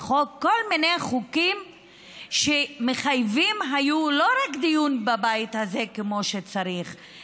וכל מיני חוקים שמחייבים היו לא רק דיון בבית הזה כמו שצריך,